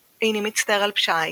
תוך כדי שהוא מסתיר את אקדחו במטפחת,